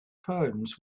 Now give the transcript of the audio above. poems